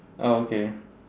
oh okay